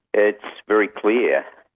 it's very clear.